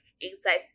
insights